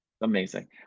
Amazing